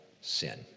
sin